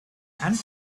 and